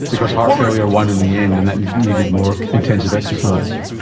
because heart failure won in the end and that needed more intensive exercise.